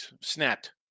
Snapped